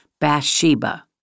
Bathsheba